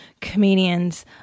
comedians